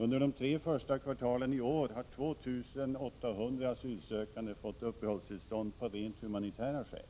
Under de tre första kvartalen i år har 2 800 asylsökande fått uppehållstillstånd av rent humanitära skäl.